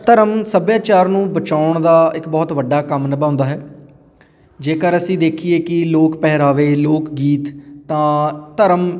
ਧਰਮ ਸੱਭਿਆਚਾਰ ਨੂੰ ਬਚਾਉਣ ਦਾ ਇੱਕ ਬਹੁਤ ਵੱਡਾ ਕੰਮ ਨਿਭਾਉਂਦਾ ਹੈ ਜੇਕਰ ਅਸੀਂ ਦੇਖੀਏ ਕਿ ਲੋਕ ਪਹਿਰਾਵੇ ਲੋਕ ਗੀਤ ਤਾਂ ਧਰਮ